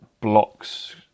blocks